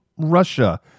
Russia